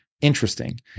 interesting